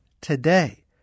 today